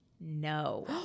No